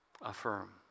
Affirm